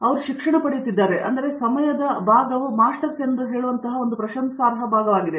ಅವರು ಶಿಕ್ಷಣವನ್ನು ಮಾಡುತ್ತಿದ್ದಾರೆ ಮತ್ತು ಸಮಯದ ಆ ಭಾಗವು ಮಾಸ್ಟರ್ಸ್ ಎಂದು ಹೇಳುವಂತಹ ಒಂದು ಪ್ರಶಂಸಾರ್ಹ ಭಾಗವಾಗಿದೆ